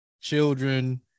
children